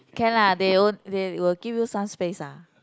can lah they own they will give you some space ah